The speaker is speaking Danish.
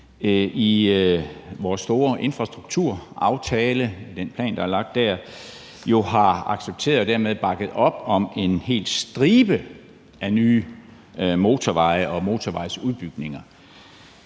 – den plan, der er lagt der – har accepteret og dermed bakket op om en hel stribe af nye motorveje og motorvejsudbygninger,